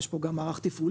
יש פה גם מערך תפעולי,